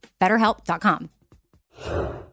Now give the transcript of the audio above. BetterHelp.com